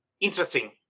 Interesting